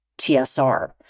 TSR